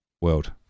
world